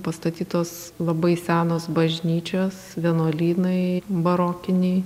pastatytos labai senos bažnyčios vienuolynai barokiniai